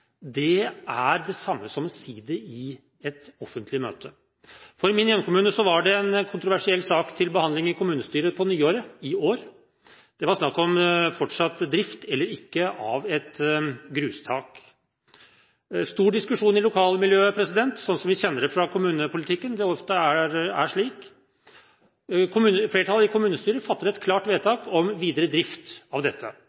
er det samme som å si det i et offentlig møte. I min hjemkommune var det en kontroversiell sak til behandling i kommunestyret nå på nyåret. Det var snakk om fortsatt drift eller ikke av et grustak. Det var stor diskusjon i lokalmiljøet, sånn som vi kjenner det fra kommunepolitikken; det er ofte slik. Flertallet i kommunestyret fattet et klart